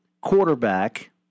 quarterback